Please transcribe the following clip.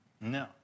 No